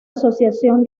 asociación